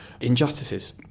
injustices